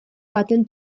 baten